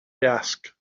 desk